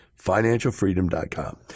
financialfreedom.com